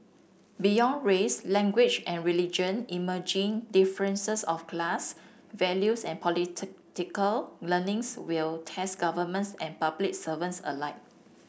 beyond race language and religion emerging differences of class values and political leanings will test governments and public servants alike